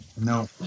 no